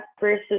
versus